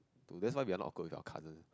to that's why we are not awkward with our cousins